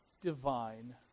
divine